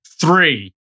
Three